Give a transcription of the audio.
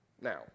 Now